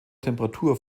temperatur